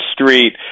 street